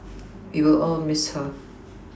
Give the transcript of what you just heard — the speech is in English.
we will all Miss her